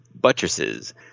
buttresses